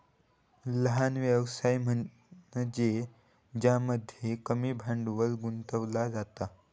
लहान व्यवसाय म्हनज्ये ज्यामध्ये कमी भांडवल गुंतवला जाता